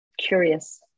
curious